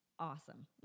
Awesome